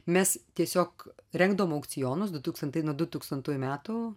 mes tiesiog rengdavom aukcionus dutūkstantati nuo dutūkstantųjų metų